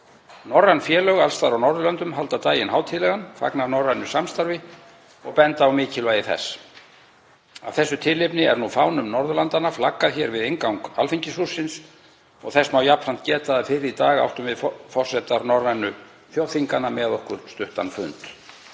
Norræn félög alls staðar á Norðurlöndunum halda daginn hátíðlegan, fagna norrænu samstarfi og benda á mikilvægi þess. Af þessu tilefni er nú fánum Norðurlandanna flaggað hér við inngang Alþingishússins. Þess má jafnframt geta að fyrr í dag áttum við forsetar norrænu þjóðþinganna með okkur stuttan fund,